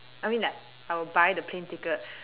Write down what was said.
I mean like I will buy the plane ticket